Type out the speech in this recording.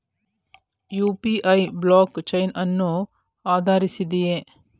UPI blockchain ಅನ್ನು ಆಧರಿಸಿದೆಯೇ?